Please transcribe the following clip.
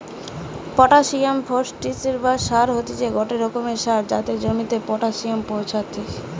potassium ফার্টিলিসের বা সার হতিছে গটে রোকমকার সার যাতে জমিতে পটাসিয়াম পৌঁছাত্তিছে